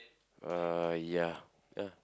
uh ya ya